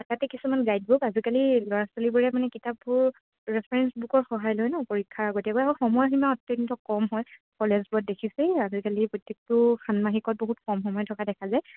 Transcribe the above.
তাতে কিছুমান guide book আজিকালি ল'ৰা ছোৱালীবোৰে মানে কিতাপবোৰ ৰেফাৰেঞ্চ বুকৰ সহায় লয় নহ্ পৰীক্ষাৰ আগতীয়াকৈ আৰু সময় সীমা অত্যন্ত কম হয় কলেজবোৰত দেখিছেই আজিকালি প্ৰত্যেকটো ষান্মাসিকত বহুত কম সময় থকা দেখা যায়